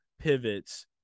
pivots